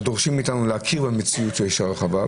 אבל דורשים מאיתנו להכיר במציאות שיש הרחבה,